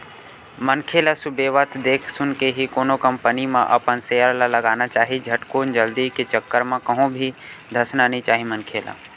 मनखे ल सुबेवत देख सुनके ही कोनो कंपनी म अपन सेयर ल लगाना चाही झटकुन जल्दी के चक्कर म कहूं भी धसना नइ चाही मनखे ल